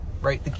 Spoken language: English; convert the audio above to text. right